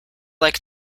like